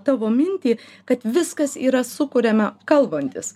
tavo mintį kad viskas yra sukuriame kalbantis